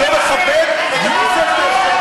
אתה לא מכבד את הכיסא שאתה יושב עליו.